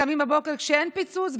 קמים בבוקר כשאין פיצוץ,